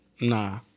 Nah